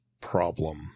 problem